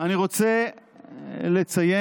אני רוצה לציין